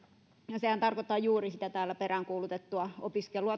ja sehän tarkoittaa juuri sitä täällä peräänkuulutettua opiskelua